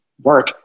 work